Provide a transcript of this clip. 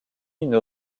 une